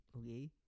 okay